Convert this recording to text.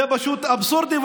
זה פשוט אבסורדי,